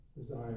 desire